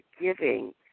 giving